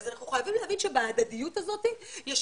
אז אנחנו חייבים להבין שבהדדיות הזאת יש